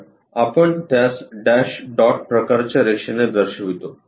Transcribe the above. तर आपण त्यास डॅश डॉट प्रकारच्या रेषेने दर्शवितो